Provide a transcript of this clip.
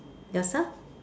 yourself